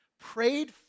prayed